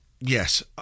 yes